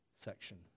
section